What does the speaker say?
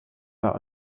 war